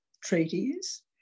treaties